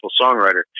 Songwriter